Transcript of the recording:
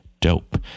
dope